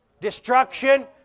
destruction